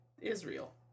Israel